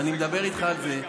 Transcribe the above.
ואני מדבר איתך על זה,